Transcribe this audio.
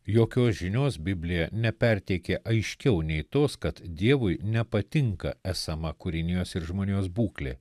jokios žinios biblija neperteikia aiškiau nei tos kad dievui nepatinka esama kūrinijos ir žmonijos būklė